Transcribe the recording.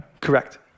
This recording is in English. Correct